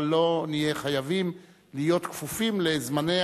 אבל לא נהיה חייבים להיות כפופים לזמניה